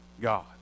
God